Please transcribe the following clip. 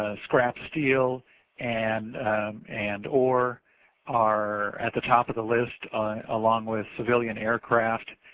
ah scrap steel and and ore are at the top of the list along with civilian aircraft.